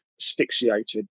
asphyxiated